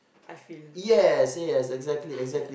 I feel how do I